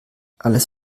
alles